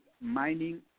mining